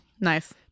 Nice